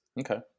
Okay